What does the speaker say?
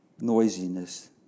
noisiness